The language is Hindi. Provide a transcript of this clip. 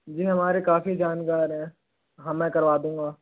जी हमारे काफ़ी जानकार हैं हाँ मैं करवा दूंगा